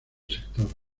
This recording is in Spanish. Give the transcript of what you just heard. sector